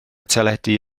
teledu